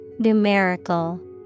Numerical